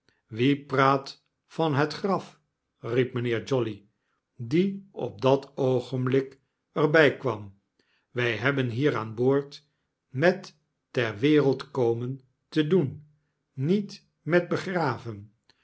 praat van het graf riep mynheer jolly die op dat oogenblik dr by kwam wy hebben hier aan boord met ter wereld komen te doen niet met begraven